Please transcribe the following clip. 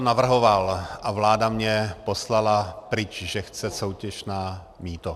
Navrhoval jsem to a vláda mě poslala pryč, že chce soutěž na mýto.